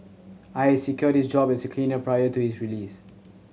I had secured his job as a cleaner prior to his release